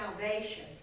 salvation